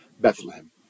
Bethlehem